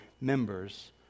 members